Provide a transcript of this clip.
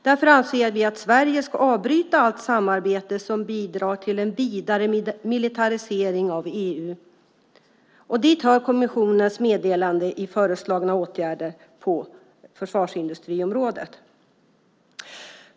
Därför anser vi att Sverige ska avbryta allt samarbete som bidrar till en vidare militarisering av EU. Dit hör de i kommissionens meddelande föreslagna åtgärderna på försvarsindustriområdet.